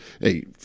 hey